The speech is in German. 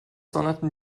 donnerten